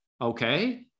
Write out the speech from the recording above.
okay